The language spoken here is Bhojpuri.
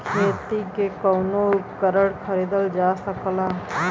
खेती के कउनो उपकरण खरीदल जा सकला